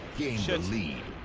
the lead